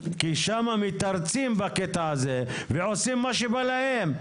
כי שם מתרצים בנושא הזה ועושים מה שבא להם.